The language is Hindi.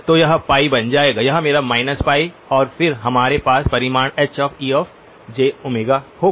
तो यह बन जाएगा यह होगा π और फिर हमारे पास परिमाण Hejω होगा